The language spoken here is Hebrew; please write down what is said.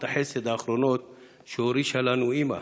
החסד האחרונות / שהורישה לנו אימא,